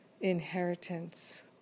inheritance